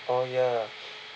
orh ya